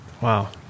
Wow